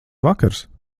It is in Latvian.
vakars